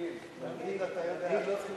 מנהיג לא צריך להקשיב.